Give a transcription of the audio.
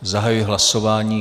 Zahajuji hlasování.